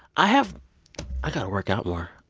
i have i got to work out more.